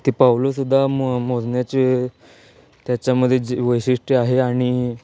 ते पाऊलंसुद्धा मो मोजण्याचे त्याच्यामध्ये जे वैशिष्ट्य आहे आणि